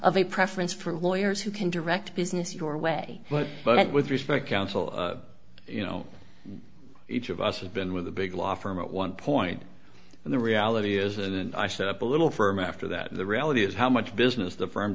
of a preference for lawyers who can direct business your way but but with respect counsel you know each of us has been with a big law firm at one point and the reality is and i set up a little firm after that the reality is how much business the f